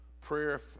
prayer